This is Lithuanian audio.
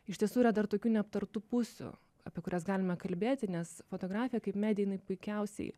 iš tiesų yra dar tokių neaptartų pusių apie kurias galime kalbėti nes fotografija kaip medija jinai puikiausiai